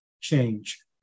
change